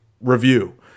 review